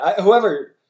Whoever